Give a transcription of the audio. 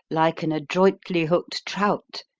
like an adroitly hooked trout,